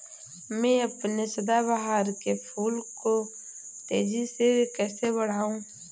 मैं अपने सदाबहार के फूल को तेजी से कैसे बढाऊं?